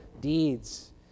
deeds